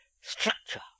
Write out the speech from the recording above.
structure